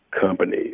companies